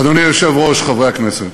אדוני היושב-ראש, חברי הכנסת,